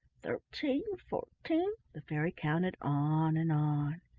thirteen fourteen the fairy counted on and on.